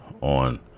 on